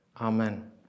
amen